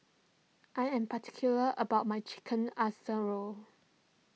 I am particular about my Chicken Ass a Role